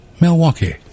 Milwaukee